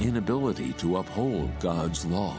inability to uphold god's law